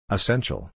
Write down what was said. Essential